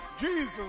Jesus